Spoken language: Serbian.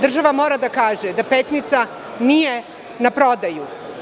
Država mora da kaže da Petnica nije na prodaju.